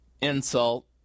Insult